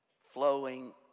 flowing